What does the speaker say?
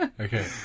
Okay